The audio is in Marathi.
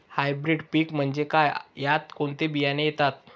हायब्रीड पीक म्हणजे काय? यात कोणते बियाणे येतात?